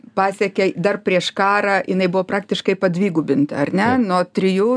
pasekė dar prieš karą jinai buvo praktiškai padvigubinta ar ne nuo trijų